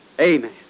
Amen